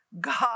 God